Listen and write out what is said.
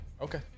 Okay